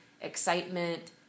excitement